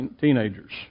teenagers